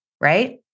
right